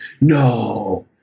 no